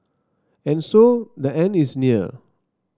and so the end is near